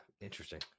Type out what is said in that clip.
interesting